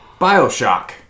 Bioshock